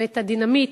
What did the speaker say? ואת הדינמיט.